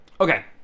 Okay